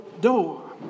door